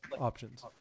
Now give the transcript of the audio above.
options